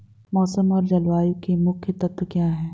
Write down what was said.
मौसम और जलवायु के मुख्य तत्व क्या हैं?